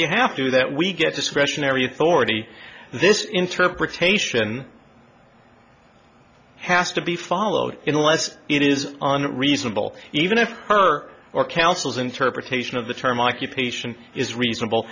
you have to that we get discretionary authority this interpretation has to be followed in unless it is reasonable even if her or councils interpretation of the term occupation is reasonable